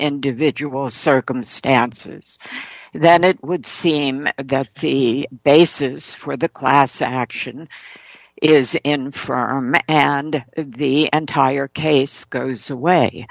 individual circumstances then it would seem that the basis for the class action is for our men and the and tire case goes away